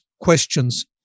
questions